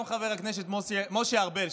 גם חבר הכנסת משה ארבל,